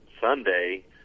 sunday